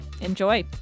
enjoy